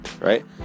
right